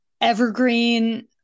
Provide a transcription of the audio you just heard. Evergreen